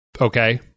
okay